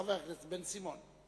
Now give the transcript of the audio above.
חבר הכנסת בן-סימון.